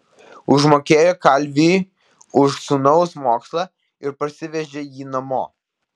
užmokėjo kalviui už sūnaus mokslą ir parsivežė jį namo